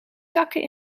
zakken